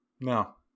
No